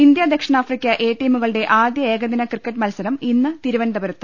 India ദക്ഷിണാഫ്രിക്ക A ടീമുകളുടെ ആദ്യ ഏകദിന ക്രിക്കറ്റ് മത്സരം ഇന്ന് തിരുവന്തപുരത്ത്